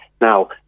now